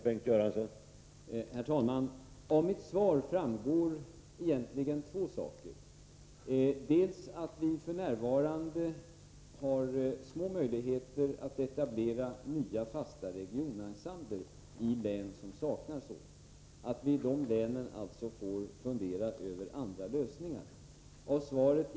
Herr talman! Av mitt svar framgår egentligen två saker. F. n. har vi små möjligheter att etablera nya fasta regionensembler i län som saknar sådana —i dessa län får vi fundera över andra lösningar.